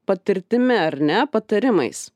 patirtimi ar ne patarimais